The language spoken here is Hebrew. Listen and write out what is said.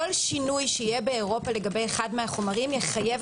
כל שינוי שיהיה באירופה לגבי אחד מהחומרים יחייב